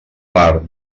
part